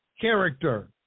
character